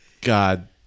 God